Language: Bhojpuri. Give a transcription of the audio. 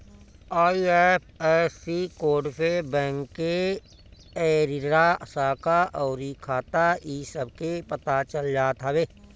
आई.एफ.एस.सी कोड से बैंक के एरिरा, शाखा अउरी खाता इ सब के पता चल जात हवे